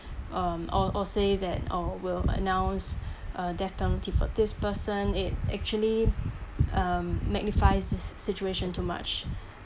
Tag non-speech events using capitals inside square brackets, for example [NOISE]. um or or say that or will announce a death penalty for this person it actually um magnifies this situation too much [BREATH]